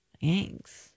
Thanks